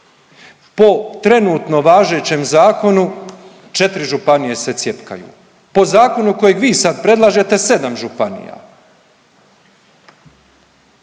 Po trenutno važećem zakonu, 4 županije se cjepkaju. Po zakonu kojeg vi sad predlažete, 7 županija,